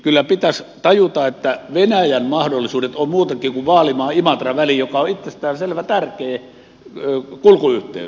kyllä pitäisi tajuta että venäjän mahdollisuudet ovat muutakin kuin vaalimaaimatra väli joka on itsestään selvä tärkeä kulkuyhteys